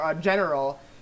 general